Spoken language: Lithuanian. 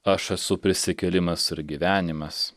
aš esu prisikėlimas ir gyvenimas